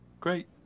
Great